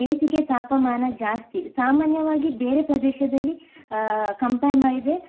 ಬೇಸಿಗೆ ತಾಪಮಾನ ಜಾಸ್ತಿ ಸಾಮಾನ್ಯವಾಗಿ ಬೇರೆ ಪ್ರದೇಶದಲ್ಲಿ ಕಂಪೇರ್ ಮಾಡಿದರೆ